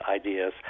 ideas